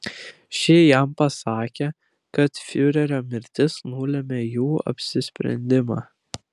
ši jam pasakė kad fiurerio mirtis nulėmė jų apsisprendimą